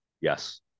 Yes